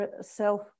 self